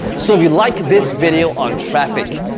so if you like this video on traffic,